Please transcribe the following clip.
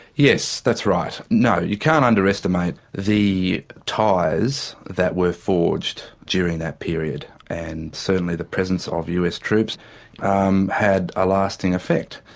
yes, that's right. no, you can't underestimate the ties that were forged during that period, and certainly the presence of us troops um had a lasting effect.